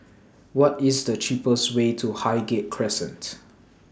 What IS The cheapest Way to Highgate Crescent